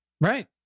Right